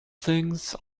things